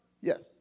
yes